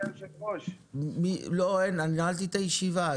אני נועל את הישיבה.